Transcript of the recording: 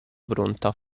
pronta